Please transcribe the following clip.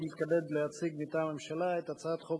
אני מתכבד להציג מטעם הממשלה את הצעת חוק